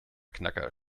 knacker